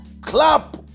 Clap